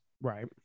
right